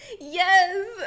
Yes